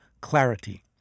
clarity